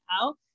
out